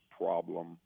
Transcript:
problem